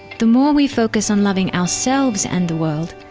the more we focus on loving ourselves and the world,